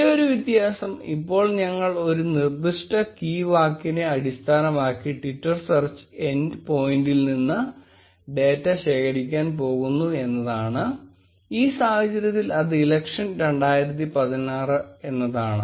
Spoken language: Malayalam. ഒരേയൊരു വ്യത്യാസം ഇപ്പോൾ ഞങ്ങൾ ഒരു നിർദ്ദിഷ്ട കീ വാക്കിനെ അടിസ്ഥാനമാക്കി ട്വിറ്റർ സെർച്ച് എൻഡ് പോയിന്റിൽ നിന്ന് ഡേറ്റ ശേഖരിക്കാൻ പോകുന്നു എന്നതാണ് ഈ സാഹചര്യത്തിൽ അത് ഇലക്ഷൻ 2016 എന്നതാണ്